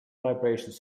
vibrations